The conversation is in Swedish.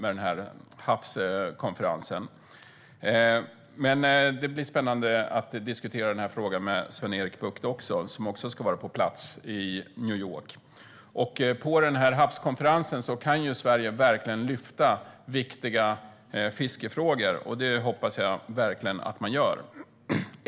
Det blir dock spännande att diskutera frågan även med Sven-Erik Bucht, som också ska vara på plats i New York. Vid havskonferensen kan Sverige lyfta fram viktiga fiskefrågor, och det hoppas jag verkligen att man gör.